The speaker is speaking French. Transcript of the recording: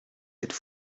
êtes